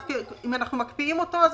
אם אנחנו מקפיאים אותו,